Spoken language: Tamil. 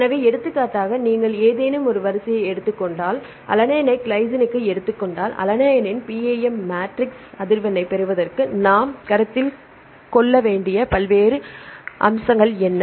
எனவே எடுத்துக்காட்டாக நீங்கள் ஏதேனும் ஒரு வரிசையை எடுத்துக் கொண்டால் அலனைனை கிளைசினுக்கு எடுத்துக் கொண்டால் அலனைனின் PAM மேட்ரிக்ஸ் அதிர்வெண்ணைப் பெறுவதற்கு நாம் கருத்தில் கொ வேண்டிய பல்வேறு அம்சங்கள் என்ன